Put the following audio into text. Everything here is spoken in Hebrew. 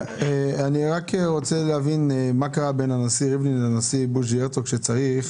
אני רוצה להבין מה קרה בין הנשיא ריבלין לבין הנשיא בוז'י הרצוג שצריך